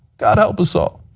god help us all.